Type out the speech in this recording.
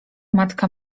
matka